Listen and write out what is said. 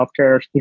healthcare